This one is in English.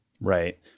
Right